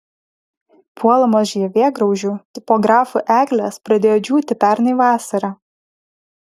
puolamos žievėgraužių tipografų eglės pradėjo džiūti pernai vasarą